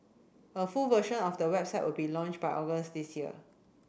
a full version of the website will be launched by August this year